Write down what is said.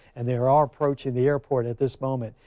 and there are approaching the airport at this moment.